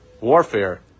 warfare